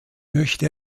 möchte